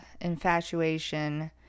infatuation